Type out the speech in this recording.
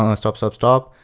um stop, stop, stop,